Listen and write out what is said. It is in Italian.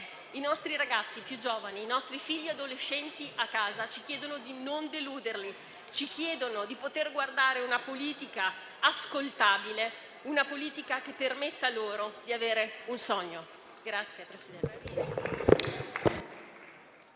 I nostri ragazzi più giovani, i nostri figli adolescenti a casa ci chiedono di non deluderli, di poter guardare a una politica ascoltabile, che permetta loro di avere un sogno.